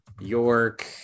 York